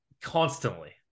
constantly